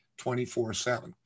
24-7